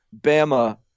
Bama